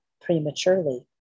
prematurely